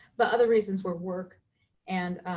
but other reasons were work and